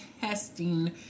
testing